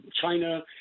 China